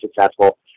successful